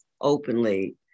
openly